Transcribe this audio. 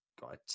got